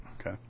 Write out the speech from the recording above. Okay